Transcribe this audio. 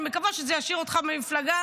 אני מקווה שזה ישאיר אותך במפלגה,